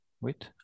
wait